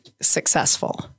successful